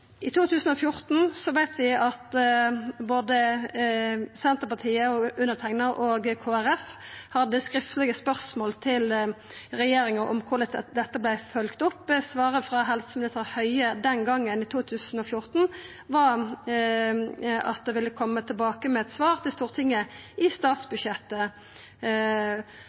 I 2014 veit vi at både Senterpartiet, eg og Kristeleg Folkeparti stilte skriftlege spørsmål til regjeringa om korleis dette vart følgt opp. Svaret frå helseminister Høie den gongen, i 2014, var at ein ville koma tilbake til Stortinget med eit svar i statsbudsjettet.